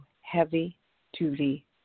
heavy-duty